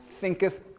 thinketh